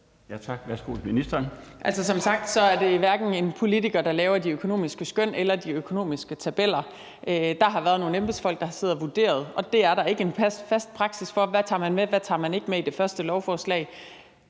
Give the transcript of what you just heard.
Halsboe-Jørgensen): Som sagt er det ikke en politiker, der laver de økonomiske skøn eller de økonomiske tabeller. Der har været nogle embedsfolk, der har siddet og vurderet, og der er ikke en fast praksis for, hvad man tager med, og hvad man ikke tager med i det første lovforslag.